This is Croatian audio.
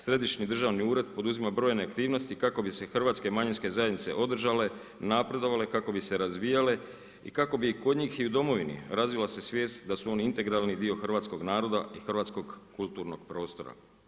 Središnji državi ured poduzima brojne aktivnosti kako bi se hrvatske manjinske zajednice održale, napredovale, kako bi se razvijale i kako bi i kod njih i u domovini, razvila se svijest da su oni integralni dio hrvatskog naroda i hrvatskog kulturnog prostora.